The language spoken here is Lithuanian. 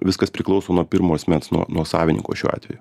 viskas priklauso nuo pirmo asmens nuo nuo savininko šiuo atveju